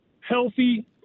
healthy